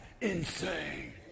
insane